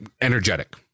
energetic